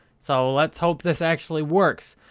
so let's hope this actually works.